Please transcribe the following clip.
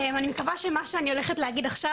אני מקווה שמה שאני הולכת להגיד עכשיו,